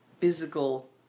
physical